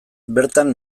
bertan